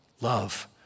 love